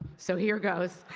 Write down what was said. so here goes.